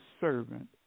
servant